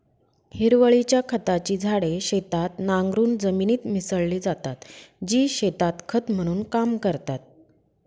हिरवळीच्या खताची झाडे शेतात नांगरून जमिनीत मिसळली जातात, जी शेतात खत म्हणून काम करतात